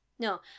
No